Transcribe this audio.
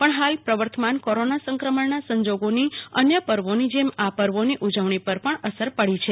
પણ હાલ પ્રવર્તમાન કોરોના સંક્રમણના સંજોગોની અન્ય પર્વોની જેમ આ પર્વોની ઉજવણી પર પણ અસર પડી છે